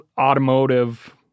automotive